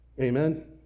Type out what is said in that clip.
Amen